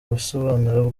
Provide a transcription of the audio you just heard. ubusobanuro